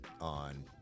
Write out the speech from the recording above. on